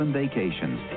vacations